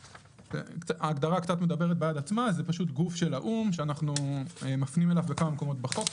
זה פשוט גוף של האו"ם שאנחנו מפנים אליו בכמה מקומות בחוק,